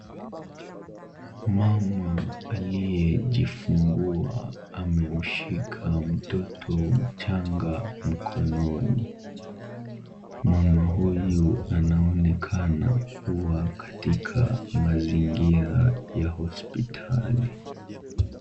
Mama aliyejifungua amemshika mtoto mchanga mkononi. Mama huyu anaonekana kuwa katika mazingira ya hospitali.